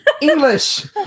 English